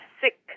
sick